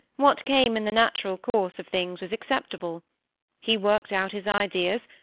what came in the natural course of things was acceptable he worked out his ideas,